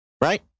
Right